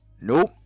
Nope